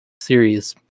series